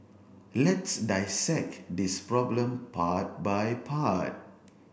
let's dissect this problem part by part